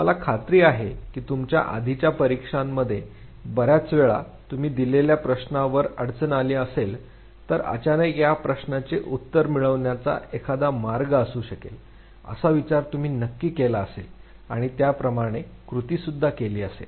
मला खात्री आहे की तुमच्या आधीच्या परीक्षांमध्ये बर्याच वेळा तुम्ही दिलेल्या प्रश्नावर अडचण आली असेल तर अचानक या प्रश्नांचे उत्तर मिळवण्याचा एखादा मार्ग असू शकेल असा विचार तुम्ही नक्की केला असेलआणि त्याप्रमणे कृती सुद्धा केई असेल